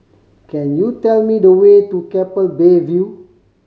can you tell me the way to Keppel Bay View